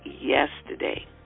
yesterday